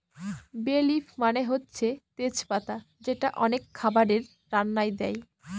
বে লিফ মানে হচ্ছে তেজ পাতা যেটা অনেক খাবারের রান্নায় দেয়